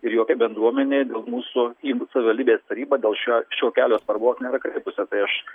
ir jokia bendruomenė dėl mūsų į savivaldybės tarybą dėl šio šio kelio svarbos nėra kreipusi tai aš